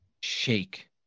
shake